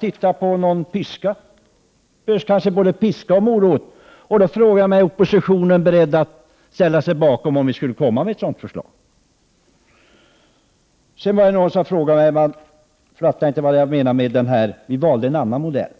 tänka oss någon piska. Det behövs kanska både piska och morot. Om vi skulle lägga fram ett sådant förslag, är oppositionen då beredd att ställa sig bakom det? Någon sade att han inte fattade vad jag menar med att vi valde en annan modell.